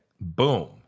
boom